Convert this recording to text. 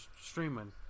streaming